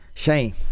shame